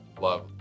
love